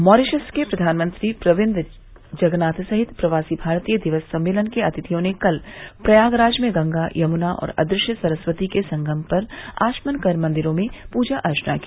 Mauritius के प्रधानमंत्री प्रविन्द जगनाथ सहित प्रवासी भारतीय दिवस सम्मेलन के अतिथियों ने कल प्रयागराज में गंगा यमुना और अदृश्य सरस्वती के संगम पर आचमन कर मंदिरों में पूजा अर्चना की